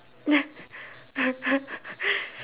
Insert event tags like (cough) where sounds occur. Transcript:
(laughs)